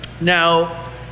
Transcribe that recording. Now